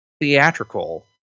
theatrical